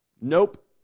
nope